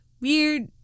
weird